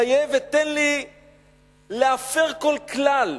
חיה ותן לי להפר כל כלל.